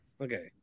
Okay